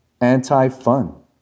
anti-fun